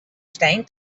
stein